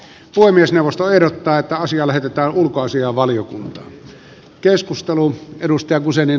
puhemiesneuvosto ehdottaa että asia lähetetään ulkoasiainvaliokuntaan